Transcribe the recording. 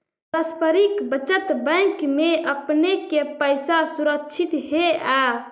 पारस्परिक बचत बैंक में आपने के पैसा सुरक्षित हेअ